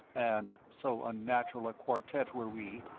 and, so unnatural a quartette were we,